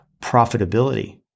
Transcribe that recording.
profitability